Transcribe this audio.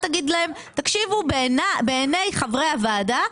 תגיד להם: תקשיבו בעיניי חברי הוועדה,